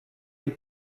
les